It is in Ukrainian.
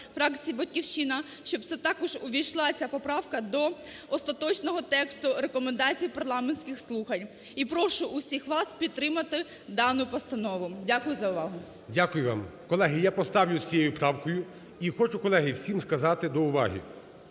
Дякую за увагу.